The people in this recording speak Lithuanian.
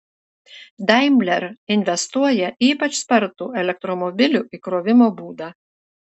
daimler investuoja į ypač spartų elektromobilių įkrovimo būdą